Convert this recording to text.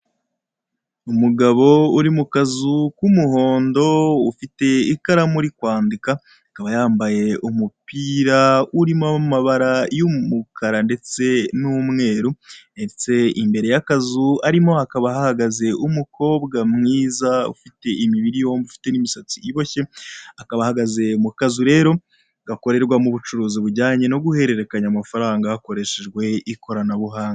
Umugabo uri mu kazu k'umuhondo, ufite ikaramu, uri kwandika, akaba yambaye umupira urimo amabara y'umukara ndetse n'umweru ndetse imbere y'akazu arimo hakaba hahagaze umukobwa mwiza ufite imibiri yombi, ufite n'imisatsi iboshye, akaba ahagaze mu kazu rero gakorerwamo ubucuruzi bujyaye no guhererekanya amafaranga hakoreshejwe ikoranabuhanga.